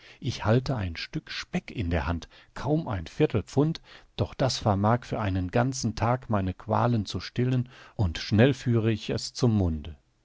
ich halte ein stück speck in der hand kaum ein viertelpfund doch das vermag für einen ganzen tag meine qualen zu stillen und schnell führe ich es zum munde